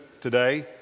today